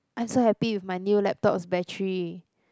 I'm so happy with my new laptop's battery